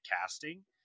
casting